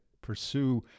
pursue